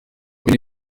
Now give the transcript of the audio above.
uyu